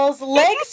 legs